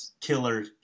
killer